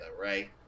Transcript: right